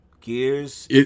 Gears